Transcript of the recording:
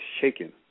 shaking